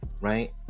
right